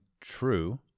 true